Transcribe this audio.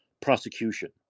prosecution